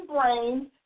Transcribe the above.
brains